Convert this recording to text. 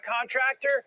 contractor